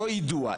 לא יידוע,